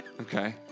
Okay